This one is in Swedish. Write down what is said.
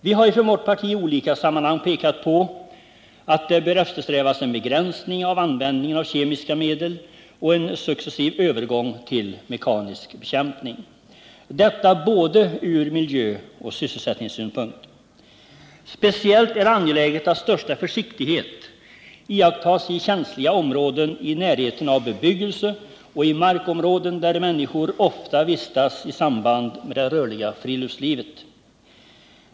Vi har från vårt parti i olika sammanhang pekat på att det bör eftersträvas en begränsning av användningen av kemiska medel och en successiv övergång till mekanisk bekämpning, detta från både miljöoch sysselsättningssynpunkt. Speciellt är det angeläget att största försiktighet iakttas i känsliga områden i närheten av bebyggelse och i markområden där människor ofta vistas i samband med det rörliga friluftslivet.